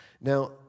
Now